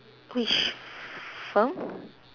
which firm